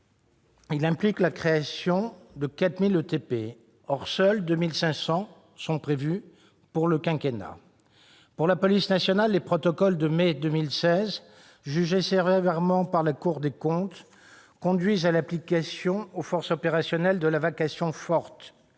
implique la création de 4 000 ETP. Or il n'est prévu de créer que 2 500 ETP sur le quinquennat. Pour la police nationale, les protocoles de mai 2016, jugés sévèrement par la Cour des comptes, conduisent à l'application aux forces opérationnelles de la vacation forte.